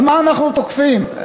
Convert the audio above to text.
על מה אנחנו תוקפים?